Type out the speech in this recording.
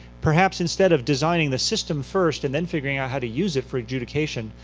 perhaps instead of designing the system first and then figuring out how to use it for adjudication,